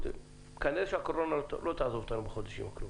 כנראה שהקורונה לא תעזוב אותנו בחודשים הקרובים.